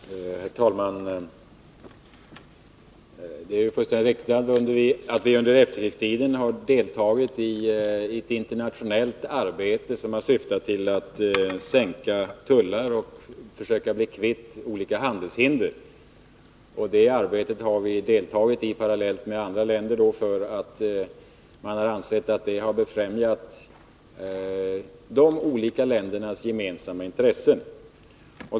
Herr talman! Det är fullständigt riktigt att vi under efterkrigstiden har deltagit i ett internationellt arbete som har syftat till att sänka tullar och försöka bli kvitt olika handelshinder. Vi har deltagit i det arbetet parallellt med andra länder, därför att vi har ansett att det befrämjat de olika ländernas gemensamma intressen.